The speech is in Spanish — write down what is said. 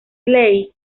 ley